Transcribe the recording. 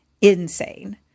insane